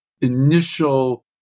initial